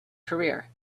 career